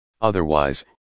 otherwise